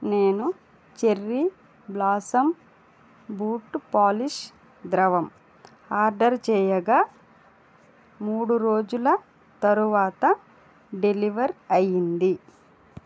నేను Cherry Blossom boot polish ద్రవం order చేయగా మూడు రోజుల తరువాత డెలివర్ అయ్యింది